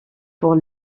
pour